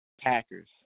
Packers